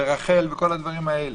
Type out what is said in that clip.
כולל רח"ל וכל הדברים האלה.